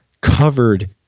covered